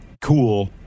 cool